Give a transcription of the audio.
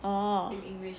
oh